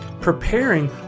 Preparing